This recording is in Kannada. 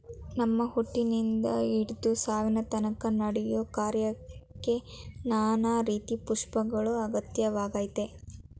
ನಮ್ಮ ಹುಟ್ಟಿನಿಂದ ಹಿಡ್ದು ಸಾವಿನತನ್ಕ ನಡೆಯೋ ಕಾರ್ಯಕ್ಕೆ ನಾನಾ ರೀತಿ ಪುಷ್ಪಗಳು ಅತ್ಯಗತ್ಯವಾಗಯ್ತೆ